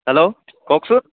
hello কওকচোন